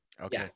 okay